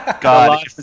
God